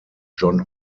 john